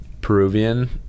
peruvian